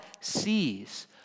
sees